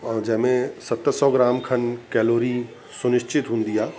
और जें में सत सौ ग्राम खनि कैलोरी सुनिश्चित हूंदी आहे